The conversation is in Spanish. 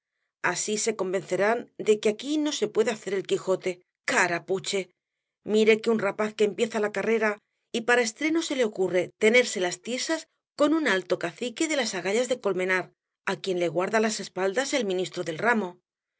así se convencerán de que aquí no se puede hacer el quijote carapuche mire que un rapaz que empieza la carrera y para estreno se le ocurre tenérselas tiesas con un alto cacique de las agallas de colmenar á quien le guarda las espaldas el ministro del ramo